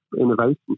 innovation